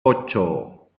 ocho